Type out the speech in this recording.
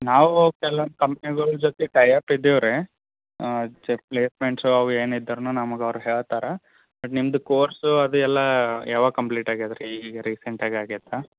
ನಾವೂ ಕೆಲೊಂದು ಕಂಪ್ನಿಗಳ ಜೊತೆ ಟೈ ಅಪ್ ಇದ್ದೇವೆ ರೀ ಹಾಂ ಜ ಪ್ಲೇಸ್ಮೆಂಟ್ಸು ಅವೇನು ಇದ್ರು ನಮ್ಗೆ ಅವ್ರು ಹೇಳ್ತಾರ ಬಟ್ ನಿಮ್ದು ಕೋರ್ಸು ಅದು ಎಲ್ಲ ಯಾವಾಗ ಕಂಪ್ಲೀಟ್ ಆಗ್ಯಾದ ರೀ ಈಗೀಗ ರೀಸೆಂಟಾಗಿ ಆಗ್ಯದ